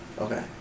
Okay